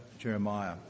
Jeremiah